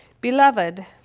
Beloved